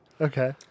Okay